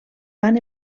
van